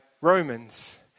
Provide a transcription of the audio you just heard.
Romans